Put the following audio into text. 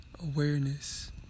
awareness